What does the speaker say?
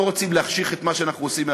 רוצים להחשיך לציבור את מה שאנחנו עושים.